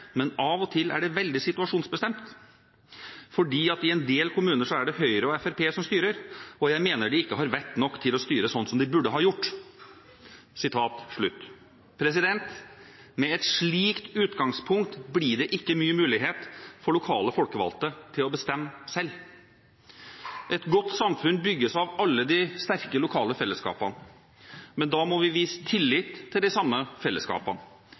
men av og til er det veldig situasjonsbestemt fordi at i en del kommuner er det Høyre og FrP som styrer, og jeg mener de har ikke vett nok til å styre sånn som de burde ha gjort.» Med et slikt utgangspunkt blir det ikke mye mulighet for lokalt folkevalgte til å bestemme selv. Et godt samfunn bygges av alle de sterke lokale fellesskapene, men da må vi vise tillit til de samme fellesskapene.